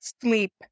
sleep